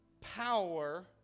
power